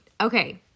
Okay